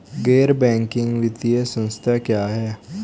गैर बैंकिंग वित्तीय संस्था क्या है?